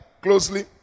closely